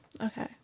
Okay